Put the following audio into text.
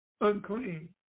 unclean